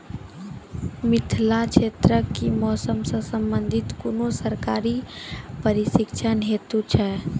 मिथिला क्षेत्रक कि मौसम से संबंधित कुनू सरकारी प्रशिक्षण हेतु छै?